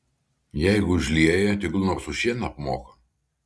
jeigu užlieja tegul nors už šieną apmoka